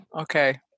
Okay